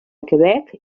quebec